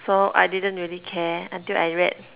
so I didn't really care until I read